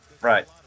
Right